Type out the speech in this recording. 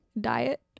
diet